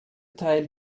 teil